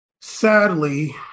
sadly